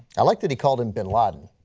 i liked that he called him bin laden.